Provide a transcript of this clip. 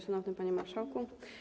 Szanowny Panie Marszałku!